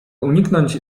uniknąć